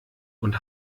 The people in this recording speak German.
und